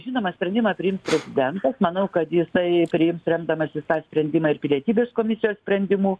žinoma sprendimą priims prezidentas manau kad jisai priims remdamasis tą sprendimą ir pilietybės komisijos sprendimu